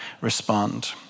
respond